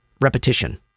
repetition